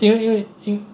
因为因为因为